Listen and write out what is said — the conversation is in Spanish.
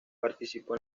participó